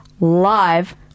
live